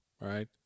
right